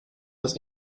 was